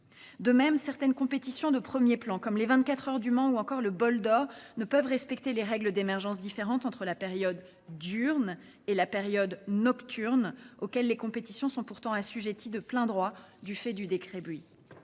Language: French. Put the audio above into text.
De même, certaines compétitions de premier plan, comme les 24 heures du Mans ou encore le bol d'or, ne peuvent respecter les règles d'émergence différentes entre la période durene et la période nocturne, auxquelles les compétitions sont pourtant assujetties de plein droit du fait du décrébuit.